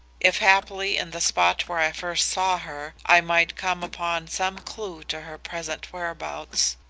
if haply in the spot where i first saw her, i might come upon some clue to her present whereabouts.